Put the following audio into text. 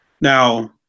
now